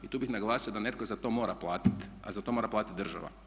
I tu bih naglasio da netko za to mora platiti, a za to mora platiti država.